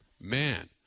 man